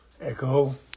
Echo